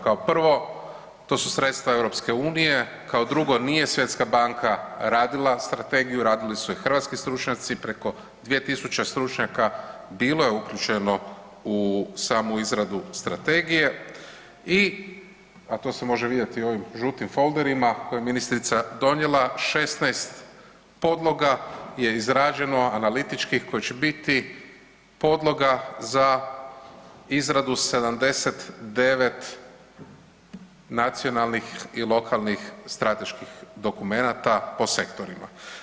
Kao prvo to su sredstva EU, kao drugo nije Svjetska banka radila strategiju, radili su je hrvatski stručnjaci, preko 2000 stručnjaka bilo je uključeno u samu izradu strategije i, a to se može vidjeti u ovim žutim folderima koje je ministrica donijela 16 podloga je izrađeno analitičkih koje će biti podloga za izradu 79 nacionalnih i lokalnih strateških dokumenata po sektorima.